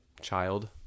Child